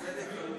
לצדק חלוקתי.